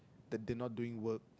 that they're not doing work